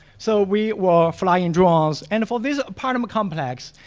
so we were flying drones and for this apartment complex,